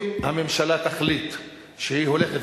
אם הממשלה תחליט שהיא הולכת,